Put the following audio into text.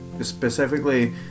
specifically